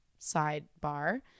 sidebar